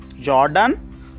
Jordan